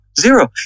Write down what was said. Zero